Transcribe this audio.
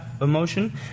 emotion